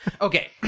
Okay